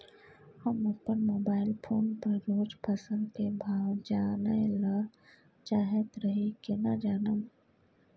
हम अपन mobile phone पर रोज फसल के भाव जानय ल चाहैत रही केना जानब?